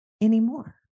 anymore